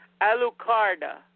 Alucarda